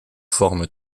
formes